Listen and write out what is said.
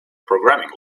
programming